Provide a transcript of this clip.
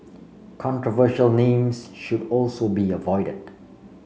controversial names should also be avoided